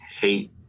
hate